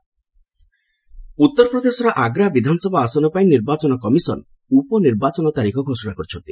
UP bypoll ଉତ୍ତର ପ୍ରଦେଶର ଆଗ୍ରା ବିଧାନସଭା ଆସନ ପାଇଁ ନିର୍ବାଚନ କମିଶନ ଉପ ନିର୍ବାଚନ ତାରିଖ ଘୋଷଣା କରିଛନ୍ତି